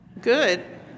Good